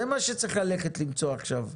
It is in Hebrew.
זה מה שצריך למצוא עכשיו,